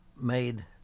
made